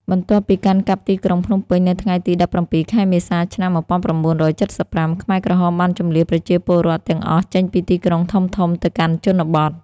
បន្ទាប់ពីកាន់កាប់ទីក្រុងភ្នំពេញនៅថ្ងៃទី ១៧ ខែមេសា ឆ្នាំ ១៩៧៥ ខ្មែរក្រហមបានជម្លៀសប្រជាពលរដ្ឋទាំងអស់ចេញពីទីក្រុងធំៗទៅកាន់ជនបទ។